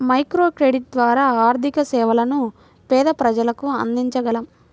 microcredit ద్వారా ఆర్థిక సేవలను పేద ప్రజలకు అందించగలం